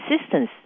assistance